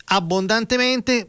abbondantemente